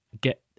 get